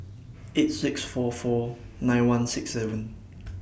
eight six four four nine one six seven